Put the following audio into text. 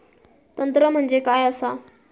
तंत्र म्हणजे काय असा?